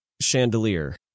chandelier